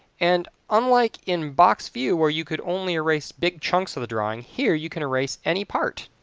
and unlike in box view where you could only race big chunks of the drawing, here you can erase any part.